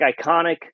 iconic